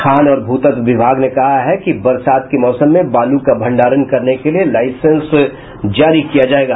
खान और भूतत्व विभाग ने कहा है कि बरसात के मौसम में बालू का भंडारण करने के लिये लाइसेंस जारी किया जायेगा